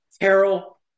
Carol